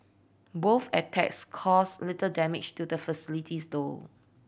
both attacks caused little damage to the facilities though